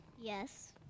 Yes